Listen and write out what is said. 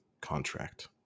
contract